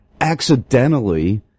accidentally